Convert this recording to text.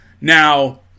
Now